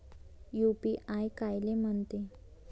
UPI कायले म्हनते?